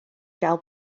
gael